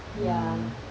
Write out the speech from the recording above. ya